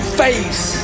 face